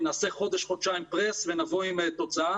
נעשה חודש-חודשיים לחץ ונבוא עם תוצאה.